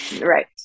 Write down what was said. Right